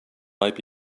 might